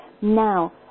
Now